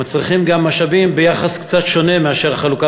מצריך משאבים ביחס קצת שונה מאשר החלוקה